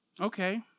Okay